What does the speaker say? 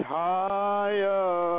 higher